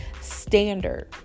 standard